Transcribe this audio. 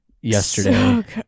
yesterday